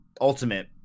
ultimate